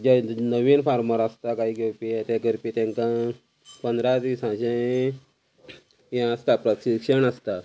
जे नवीन फार्मर आसता कांय घेवपी ते करपी तेंका पंदरा दिसांचे हे आसता प्रशिक्षण आसता